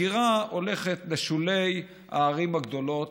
הגירה הולכת לשולי הערים הגדולות,